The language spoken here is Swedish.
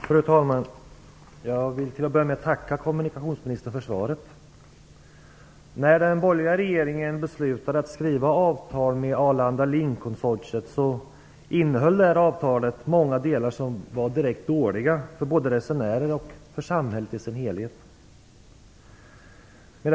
Fru talman! Jag vill börja med att tacka kommunikationsministern för svaret. När den borgerliga regeringen beslutade att skriva avtal med Arlanda Linkkonsortiet innehöll avtalet många delar som var direkt dåliga för både resenärer och för samhället i dess helhet.